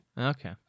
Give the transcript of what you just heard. Okay